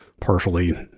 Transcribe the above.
partially